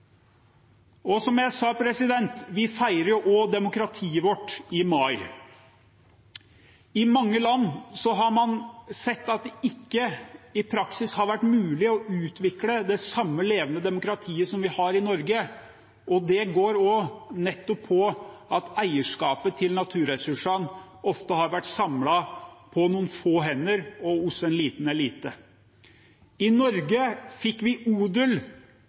Og som jeg sa: Vi feirer også demokratiet vårt i mai. I mange land har man sett at det ikke har vært mulig i praksis å utvikle det samme levende demokratiet som vi har i Norge, og det handler også om at eierskapet til naturressursene ofte har vært samlet på noen få hender og hos en liten elite. I Norge fikk vi odel,